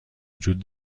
وجود